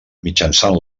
mitjançant